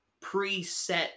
preset